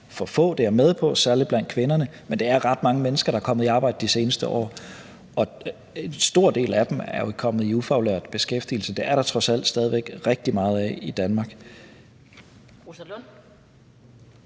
det er jeg med på, men det er ret mange mennesker, der er kommet i arbejde de seneste år – og en stor del af dem er jo kommet i ufaglært beskæftigelse. Det er der trods alt stadig